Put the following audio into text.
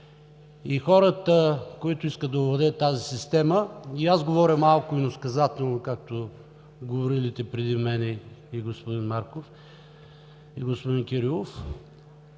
И хората, които искат да овладеят тази система – говоря малко иносказателно, както говорилите преди мен – господин Марков, и господин Кирилов,